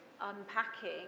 unpacking